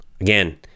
again